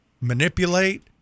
manipulate